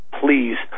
please